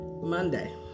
Monday